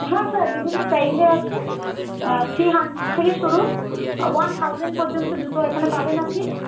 হ্যাঁ স্যার বিভিন্ন প্রাইসে আছে থ্রি হান্ড্রেড থেকে শুরু ওয়ান থাউজেন্ড পর্যন্ত জুতো এখানে পাবেন আপনি